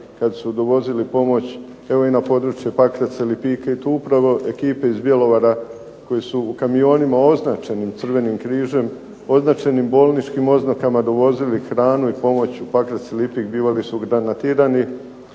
kad su dovozili pomoć, evo i na području Pakraca, Lipika i tu upravo ekipe iz Bjelovara koje su u kamionima označenim crvenim križem, označenim bolničkim oznakama dovozili hranu i pomoć u Pakrac i Lipik bili su granatirani,